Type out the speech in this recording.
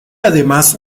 además